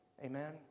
Amen